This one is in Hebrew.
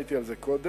עניתי על זה קודם.